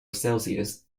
celsius